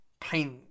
paint